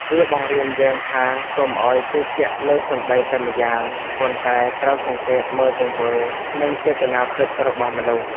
វាបង្រៀនយើងថាកុំឱ្យជឿជាក់លើសម្ដីតែម្យ៉ាង ប៉ុន្តែត្រូវសង្កេតមើលទង្វើ និងចេតនាពិតរបស់មនុស្ស។